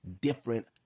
different